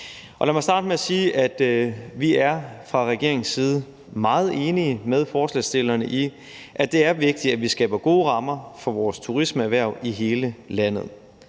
Lad mig starte med at sige, at vi fra regeringens side er meget enige med forslagsstillerne i, at det er vigtigt, at vi skaber gode rammer for vores turismeerhverv i hele landet.